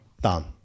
Done